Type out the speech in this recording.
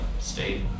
state